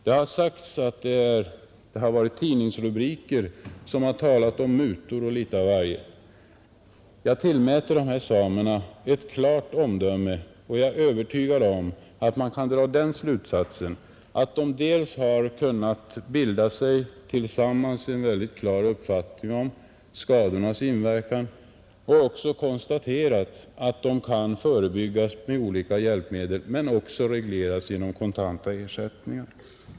Det har sagts att man i tidningsrubriker har talat om mutor och liknande ting. Jag anser att de samer det gäller har ett klart omdöme, och jag är övertygad om att man kan dra den slutsatsen att de dels tillsammans har kunnat bilda sig en mycket klar uppfattning om de skador en utbyggnad medför, dels att dessa kan förebyggas med olika hjälpmedel men också regleras genom kontanta ersättningar.